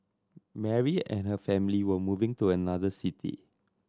Mary and her family were moving to another city